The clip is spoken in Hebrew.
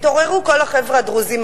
התעוררו כל החבר'ה הדרוזים.